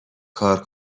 کار